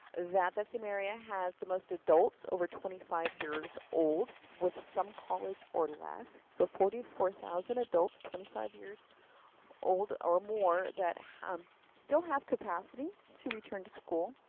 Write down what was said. that that same area has the most adults over twenty five years old, with some college or less. so forty four thousand adults twenty five years old or more that um still have capacity to return to school.